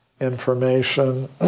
information